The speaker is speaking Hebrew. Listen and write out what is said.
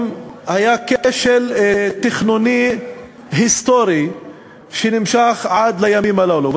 היה כשל תכנוני היסטורי שנמשך עד לימים הללו.